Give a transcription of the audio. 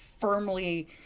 firmly